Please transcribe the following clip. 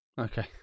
Okay